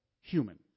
human